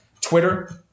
Twitter